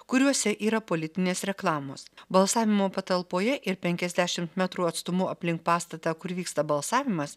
kuriuose yra politinės reklamos balsavimo patalpoje ir penkiasdešimt metrų atstumu aplink pastatą kur vyksta balsavimas